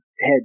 head